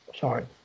Sorry